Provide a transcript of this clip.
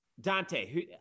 Dante